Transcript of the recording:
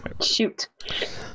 Shoot